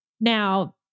now